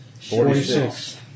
Forty-six